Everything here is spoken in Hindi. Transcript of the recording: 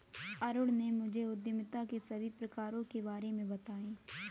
अरुण ने मुझे उद्यमिता के सभी प्रकारों के बारे में बताएं